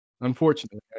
unfortunately